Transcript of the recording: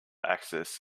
axis